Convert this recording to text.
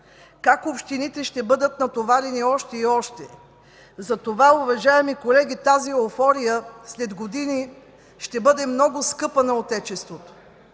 как общините ще бъдат натоварени още и още. Затова, уважаеми колеги, тази еуфория след години ще бъде много скъпа на Отечеството.